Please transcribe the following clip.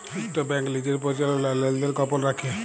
ইকট ব্যাংক লিজের পরিচাললা আর লেলদেল গপল রাইখে